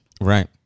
right